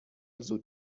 زود